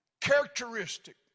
characteristic